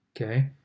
okay